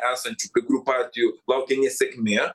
esančių kai kurių partijų laukia nesėkmė